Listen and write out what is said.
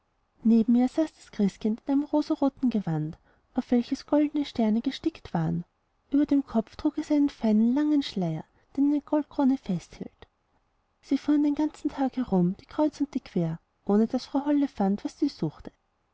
neben ihr saß das christkind in einem rosenroten gewand auf welches goldne sterne gestickt waren über dem kopf trug es den feinen langen schleier den eine goldkrone festhielt sie fuhren den ganzen tag herum die kreuz und quere ohne daß frau holle fand was sie suchte